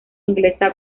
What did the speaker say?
inglesa